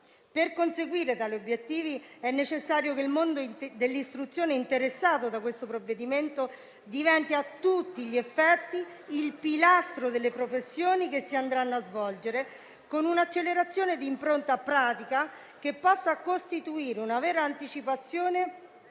Per conseguire tali obiettivi, è necessario che il mondo dell'istruzione interessato da questo provvedimento diventi a tutti gli effetti il pilastro delle professioni che si andranno a svolgere, con un'accelerazione di impronta pratica che possa costituire una vera anticipazione